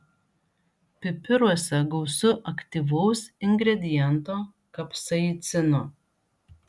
pipiruose gausu aktyvaus ingrediento kapsaicino